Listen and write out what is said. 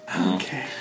Okay